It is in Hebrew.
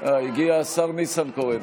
הגיע השר ניסנקורן.